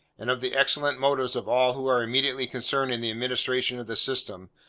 and of the excellent motives of all who are immediately concerned in the administration of the system,